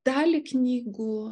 dalį knygų